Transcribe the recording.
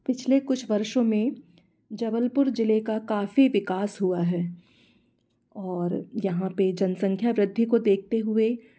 पिछले कुछ वर्षों में जबलपुर ज़िले का काफ़ी विकास हुआ है और यहाँ पे जनसंख्या वृद्धि को देखते हुए